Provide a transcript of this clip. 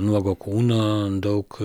nuogo kūno daug